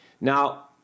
Now